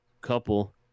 Couple